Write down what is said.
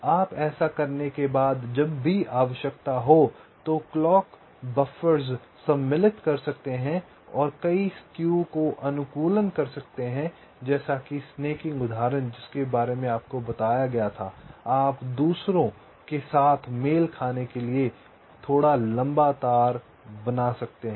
आप ऐसा करने के बाद जब भी आवश्यकता हो तो आप क्लॉक बफ़र्स सम्मिलित कर सकते हैं और आप कई स्क्यू अनुकूलन कर सकते हैं जैसे कि स्नैकिंग उदाहरण जिसके बारे में आपको बताया था आपको दूसरों के साथ मेल खाने के लिए थोड़ा लंबा तार बनाना पड़ सकता है